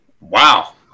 wow